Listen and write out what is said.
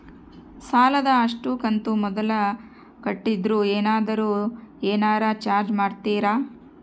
ಸಾಲದ ಅಷ್ಟು ಕಂತು ಮೊದಲ ಕಟ್ಟಿದ್ರ ಏನಾದರೂ ಏನರ ಚಾರ್ಜ್ ಮಾಡುತ್ತೇರಿ?